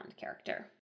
character